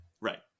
right